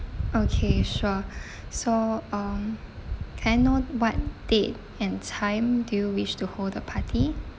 okay sure so um can I know what date and time do you wish to hold the party